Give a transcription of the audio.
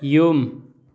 ꯌꯨꯝ